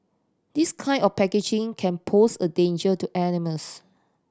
this kind of packaging can pose a danger to animals